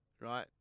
right